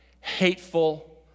hateful